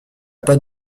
pas